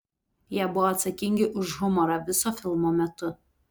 jie buvo atsakingi už humorą viso filmo metu